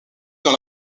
dans